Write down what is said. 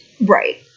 Right